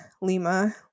Lima